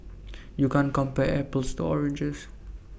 you can't compare apples to oranges